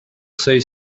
say